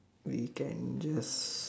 we can just